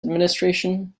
administration